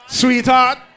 sweetheart